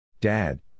Dad